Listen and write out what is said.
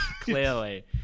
Clearly